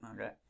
Okay